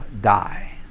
die